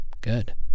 Good